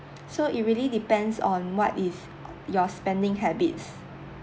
so it really depends on what is your spending habits